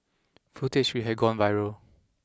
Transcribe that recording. footage we had gone viral